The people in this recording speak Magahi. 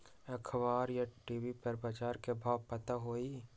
अखबार या टी.वी पर बजार के भाव पता होई?